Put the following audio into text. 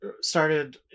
started